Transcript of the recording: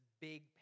big